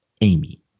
Amy